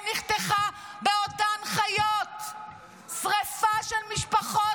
נחתכה בעודן חיות -- לא ----- שרפה של משפחות,